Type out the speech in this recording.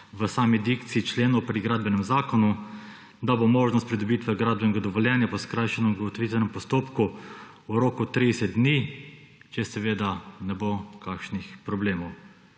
v sami dikciji člena pri Gradbenem zakonu, da bo možnost pridobitve gradbenega dovoljenja v skrajšanem ugotovitvenem postopku v roku 30 dni, če ne bo kakšnih problemov.